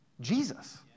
Jesus